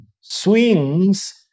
swings